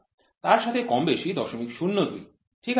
আর তার সাথে কমবেশি ০০২ ঠিক আছে